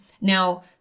Now